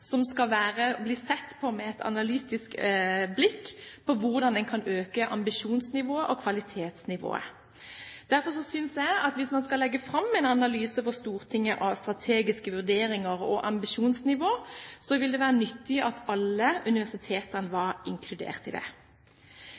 som skal bli sett på med et analytisk blikk for hvordan en kan øke ambisjonsnivået og kvalitetsnivået. Derfor synes jeg at hvis man skal legge fram for Stortinget en analyse av strategiske vurderinger og ambisjonsnivå, vil det være nyttig at alle universitetene er inkludert i det.